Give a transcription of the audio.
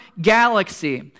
galaxy